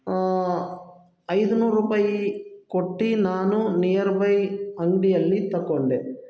ಐದು ನೂರು ರೂಪಾಯಿ ಕೊಟ್ಟು ನಾನು ನಿಯರ್ ಬೈ ಅಂಗಡಿಯಲ್ಲಿ ತಗೊಂಡೆ